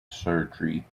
surgery